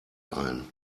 ein